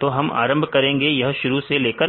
तो हम आरंभ करेंगे यह शुरू से लेकर अंत तक